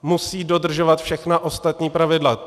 Musí dodržovat všechna ostatní pravidla.